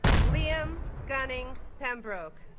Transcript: liam gunning pembroke